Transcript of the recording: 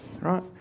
right